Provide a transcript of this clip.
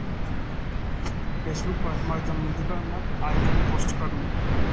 फेसबुकपर हमर जन्मदिनक आयोजन पोस्ट करू